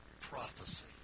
Prophecy